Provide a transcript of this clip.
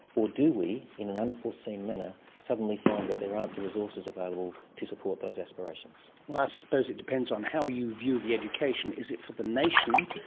or do we, in an unforeseen manner, suddenly find that there aren't the resources available to support those aspirations? i ah suppose it depends on how you view the education. is it for the nation,